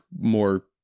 more